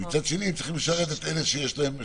מצד שני צריכים לשרת את אלה שכן